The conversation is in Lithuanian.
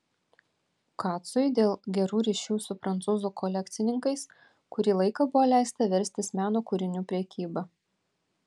kacui dėl gerų ryšių su prancūzų kolekcininkais kurį laiką buvo leista verstis meno kūrinių prekyba